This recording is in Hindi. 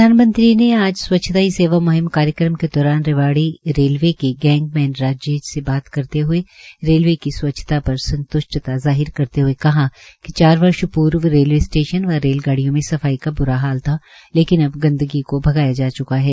प्रधानमंत्री ने आज स्वच्छता ही सेवा म्हिम कार्यक्रम के दौरान रेवाड़ी के गैंगमेन राजेश से बात करते हए रेलवे की स्वच्छता पर संत्ष्टता जाहिर करते हुए कहा कि चार वर्ष पूर्व रेलवे स्टेशन व रेलगाडियों में सफाई का ब्रा हाल था लेकिन अब गंदगी को भगाया जा च्का है